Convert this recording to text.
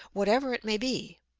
whatever it may be.